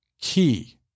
key